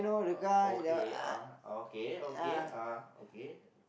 o~ okay ah okay okay ah okay